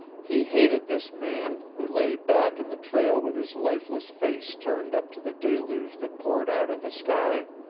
he hated this man, who lay back in the trail with his lifeless face turned up to the deluge that poured out of the sky.